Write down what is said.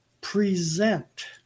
present